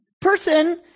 person